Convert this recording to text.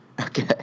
Okay